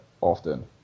often